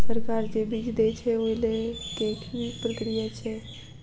सरकार जे बीज देय छै ओ लय केँ की प्रक्रिया छै?